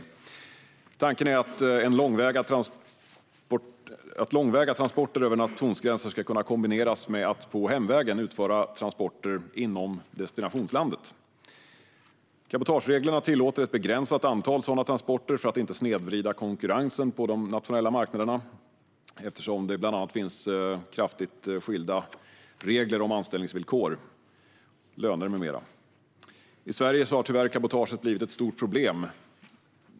Tanken är att långväga transporter över nationsgränser ska kunna kombineras med att på hemvägen utföra transporter inom destinationslandet. Cabotagereglerna tillåter ett begränsat antal sådana transporter för att inte snedvrida konkurrensen på de nationella marknaderna, eftersom det bland annat finns kraftigt skilda regler om anställningsvillkor, löner med mera. I Sverige har tyvärr cabotaget blivit ett stort problem.